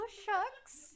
shucks